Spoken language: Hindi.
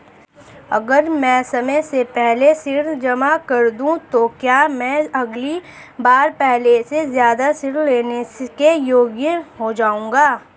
अगर मैं समय से पहले ऋण जमा कर दूं तो क्या मैं अगली बार पहले से ज़्यादा ऋण लेने के योग्य हो जाऊँगा?